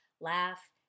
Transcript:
laugh